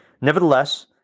Nevertheless